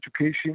Education